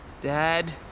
Dad